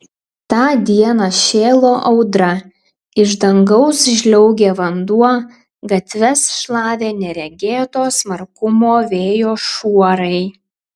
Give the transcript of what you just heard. tą dieną šėlo audra iš dangaus žliaugė vanduo gatves šlavė neregėto smarkumo vėjo šuorai